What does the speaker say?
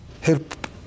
help